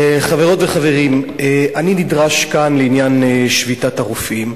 חברות וחברים, אני נדרש כאן לעניין שביתת הרופאים.